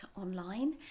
online